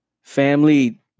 Family